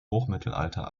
hochmittelalter